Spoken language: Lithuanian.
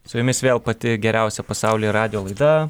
su jumis vėl pati geriausia pasaulyje radijo laida